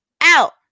out